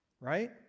Right